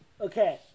Okay